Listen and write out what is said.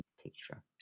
Picture